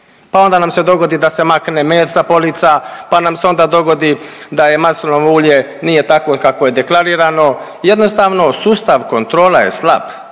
pa onda nam se dogodi da se makne med sa polica, pa nam se onda dogodi da je maslinovo ulje nije takvo kakvo je deklarirano, jednostavno sustav kontrole je slab.